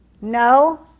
No